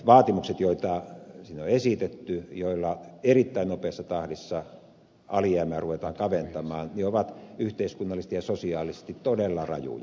vaatimukset joita siinä on esitetty joilla erittäin nopeassa tahdissa alijäämää ruvetaan kaventamaan ovat yhteiskunnallisesti ja sosiaalisesti todella rajuja